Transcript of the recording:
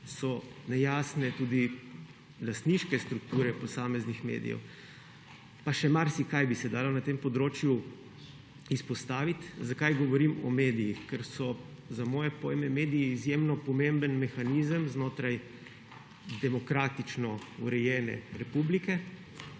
so nejasne tudi lastniške strukture posameznih medijev. Pa še marsikaj bi se dalo na tem področju izpostaviti. Zakaj govorim o medijih? Ker so za moje pojme mediji izjemno pomemben mehanizem znotraj demokratično urejene republike,